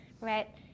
right